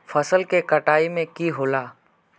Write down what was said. फसल के कटाई में की होला?